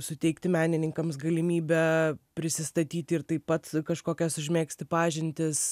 suteikti menininkams galimybę prisistatyti ir taip pat kažkokias užmegzti pažintis